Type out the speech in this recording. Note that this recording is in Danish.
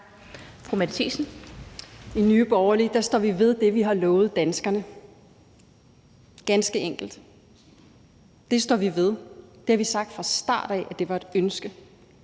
I Nye Borgerlige står vi ved det, vi har lovet danskerne – ganske enkelt. Det står vi ved; vi har sagt fra start af, at det var et ønske.